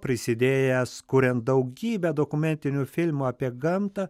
prisidėjęs kuriant daugybę dokumentinių filmų apie gamtą